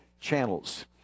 channels